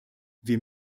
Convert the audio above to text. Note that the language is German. wir